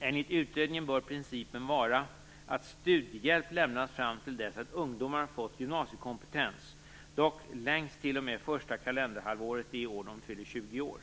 Enligt utredningen bör principen vara att studiehjälp lämnas fram till dess att ungdomar fått gymnasiekompetens, dock längst t.o.m. första kalenderhalvåret det år de fyller 20 år.